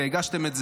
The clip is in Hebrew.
והגשתם,